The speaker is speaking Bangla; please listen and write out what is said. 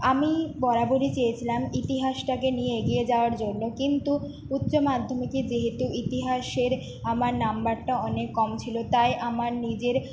আমি বরাবরই চেয়েছিলাম ইতিহাসটাকে নিয়ে এগিয়ে যাওয়ার জন্য কিন্তু উচ্চমাধ্যমিকে যেহেতু ইতিহাসের আমার নাম্বারটা অনেক কম ছিলো তাই আমার নিজের